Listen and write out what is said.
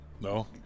No